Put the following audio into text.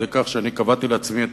עד כדי כך שאני קבעתי לעצמי,